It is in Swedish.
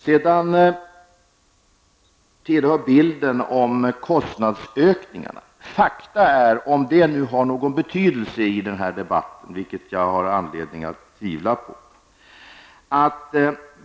Beträffande bilden av kostnadsökningarna vill jag säga att fakta är följande -- om det har någon betydelse för debatten, vilket jag har anledning att tvivla på.